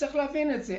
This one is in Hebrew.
צריך להבין את זה,